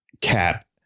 Cap